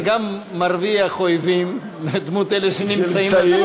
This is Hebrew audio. אתה גם מרוויח אויבים בדמות אלה שנמצאים,